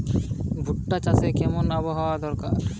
ভুট্টা চাষে কেমন আবহাওয়া দরকার?